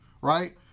right